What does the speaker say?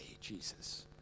Jesus